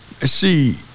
See